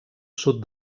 sud